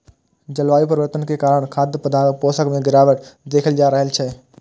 जलवायु परिवर्तन के कारण खाद्य पदार्थक पोषण मे गिरावट देखल जा रहल छै